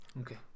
Okay